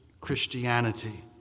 Christianity